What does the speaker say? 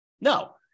No